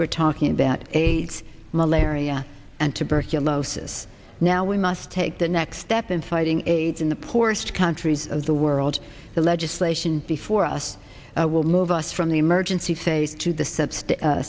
we're talking about aids malaria and tuberculosis now we must take the next step in fighting aids in the poorest countries of the world the legislation before us will move us from the emergency phase to the